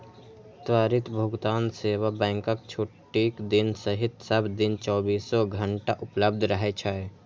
त्वरित भुगतान सेवा बैंकक छुट्टीक दिन सहित सब दिन चौबीसो घंटा उपलब्ध रहै छै